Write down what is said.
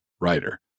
writer